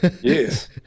yes